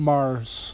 Mars